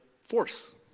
force